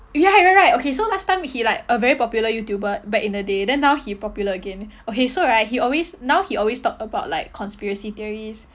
right right right okay so last time he like a very popular youtuber back in the day then now he popular again okay so right he always now he always talk about like conspiracy theories